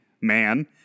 man